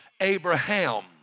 Abraham